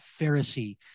Pharisee